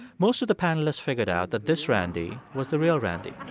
most of the panelists figured out that this randy was the real randy